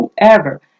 whoever